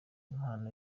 impano